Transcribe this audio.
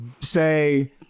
say